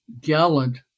gallant